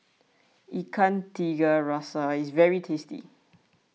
Ikan Tiga Rasa is very tasty